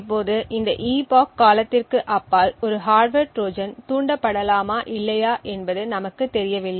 இப்போது இந்த epoch காலத்திற்கு அப்பால் ஒரு ஹார்ட்வர் ட்ரோஜன் தூண்டப்படலாமா இல்லையா என்பது நமக்குத் தெரியவில்லை